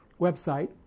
website